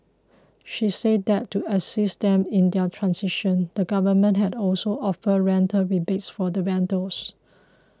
she said that to assist them in their transition the government has also offered rental rebates for the vendors